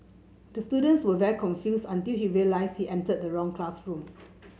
the students were very confused until he realised he entered the wrong classroom